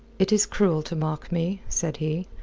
it is cruel to mock me, said he,